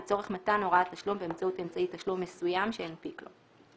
לצורך מתן הוראת תשלום באמצעות אמצעי תשלום מסוים שהנפיק לו."